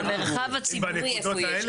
במרחב הציבורי איפה יש?